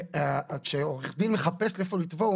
כשעורך דין מחפש איפה לתבוע,